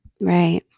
right